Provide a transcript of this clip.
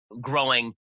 growing